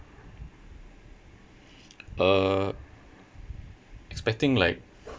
uh expecting like